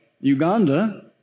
Uganda